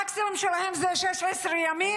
המקסימום שלהם זה 16 ימים,